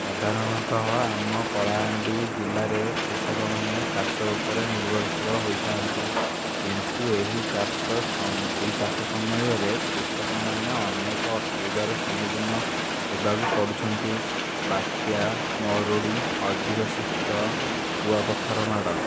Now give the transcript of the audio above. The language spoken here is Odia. ସାଧାରଣତଃ ଆମ କଳାହାଣ୍ଡି ଜିଲ୍ଲାରେ କୃଷକ ମାନେ ଚାଷ ଉପରେ ନିର୍ଭରଶୀଳ ହୋଇଥାନ୍ତି କିନ୍ତୁ ଏହି ଚାଷ ଏହି ଚାଷ ସମୟରେ କୃଷକମାନେ ଅନେକ ଅସୁବିଧାର ସମ୍ମୁଖୀନ ହେବାକୁ ପଡ଼ୁଛନ୍ତି ବାତ୍ୟା ମରୁଡ଼ି ଅଧିକ ଶୀତ କୁଆପଥର ମାଡ଼